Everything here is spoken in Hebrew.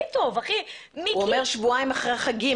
הוא אומר שבועיים אחרי החגים,